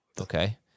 Okay